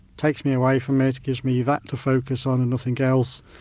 takes me away from it, gives me that to focus on and nothing else.